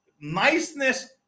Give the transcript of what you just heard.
niceness